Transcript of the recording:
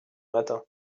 matins